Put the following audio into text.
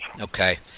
Okay